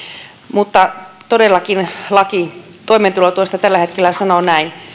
mutta todellakin laki toimeentulotuesta tällä hetkellä sanoo niin